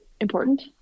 important